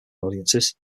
audiences